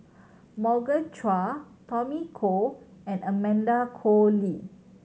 Morgan Chua Tommy Koh and Amanda Koe Lee